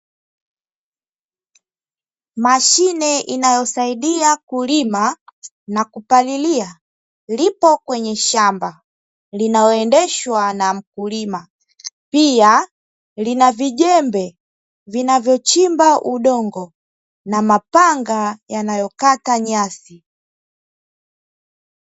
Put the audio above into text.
Mashine inayosaidia kulima na kupalilia lipo kwenye shamba linaloendeshwa na mkulima. Pia lina vijembe vinavyochimba udongo na mapanga yanayokata nyasi.